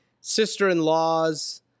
sister-in-law's